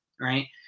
Right